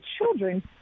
children